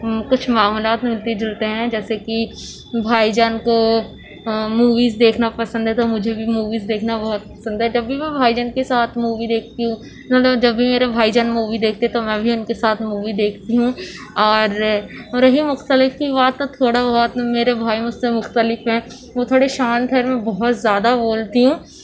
کچھ معاملات ملتے جلتے ہیں جیسے کہ بھائی جان کو موویز دیکھنا پسند ہے تو مجھے بھی موویز دیکھنا بہت پسند ہے جب بھی میں بھائی جان کے ساتھ مووی دیکھتی ہوں مطلب جب بھی میرے بھائی جان مووی دیکھتے ہیں تو میں بھی ان کے ساتھ مووی دیکھتی ہوں اور رہی مختلف کی بات تو تھوڑا بہت میرے بھائی مجھ سے مختلف ہیں وہ تھوڑے شانت ہیں میں بہت زیادہ بولتی ہوں